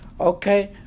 Okay